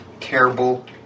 terrible